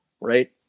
right